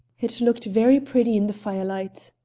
it looked very pretty in the firelight.